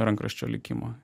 rankraščio likimą